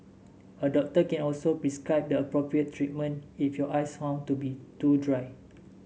a doctor can also prescribe the appropriate treatment if your eyes are found to be too dry